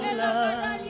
love